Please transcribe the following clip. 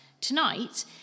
Tonight